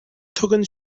tugann